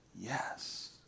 Yes